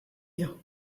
you